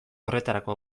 horretarako